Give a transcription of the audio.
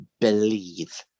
believe